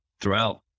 throughout